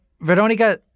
Veronica